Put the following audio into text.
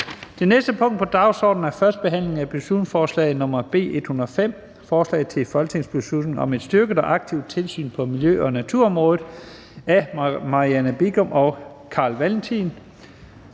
Det næste punkt på dagsordenen er: 23) 1. behandling af beslutningsforslag nr. B 105: Forslag til folketingsbeslutning om et styrket og aktivt tilsyn på miljø- og naturområdet. Af Marianne Bigum (SF) og Carl Valentin